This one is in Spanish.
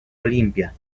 olimpia